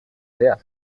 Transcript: sea